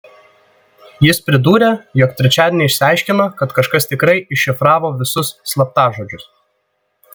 jis pridūrė jog trečiadienį išsiaiškino kad kažkas tikrai iššifravo visus slaptažodžius